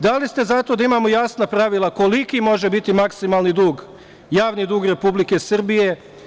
Da li ste za to da imamo jasna pravila koliki može biti maksimalni dug, javni dug Republike Srbije?